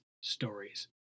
Stories